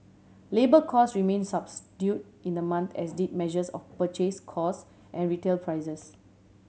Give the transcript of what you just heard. labour cost remain subdue in the month as did measures of purchase costs and retail prices